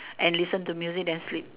and listen to music then sleep